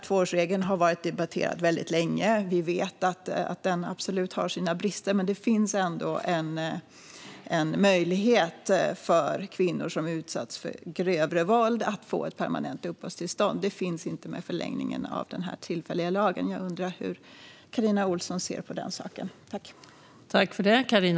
Tvåårsregeln har varit debatterad väldigt länge. Vi vet att den absolut har sina brister, men det finns ändå en möjlighet för kvinnor som utsatts för grövre våld att få permanent uppehållstillstånd. Men det finns inte med förlängningen av den tillfälliga lagen. Jag undrar hur Carina Ohlsson ser på den saken.